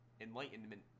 enlightenment